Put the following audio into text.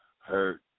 hurt